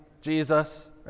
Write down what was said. Jesus